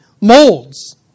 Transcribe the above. Molds